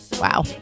Wow